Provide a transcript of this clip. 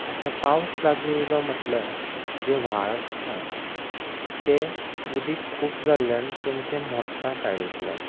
आतां पावस लागीं येयलो म्हटल्यार जे व्हाळ आसतात ते उदीक खूब जाल्ल्यान तांचे मोडटा सायडीकल्यान